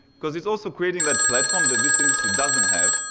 cause it's also creating that platform that this industry doesn't have,